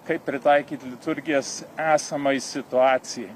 kaip pritaikyt liturgijas esamai situacijai